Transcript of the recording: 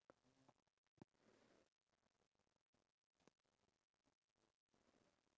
ya so what do you do as an individual to try and like